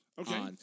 Okay